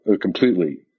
completely